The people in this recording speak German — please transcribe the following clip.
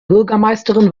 bürgermeisterin